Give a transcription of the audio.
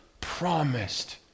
promised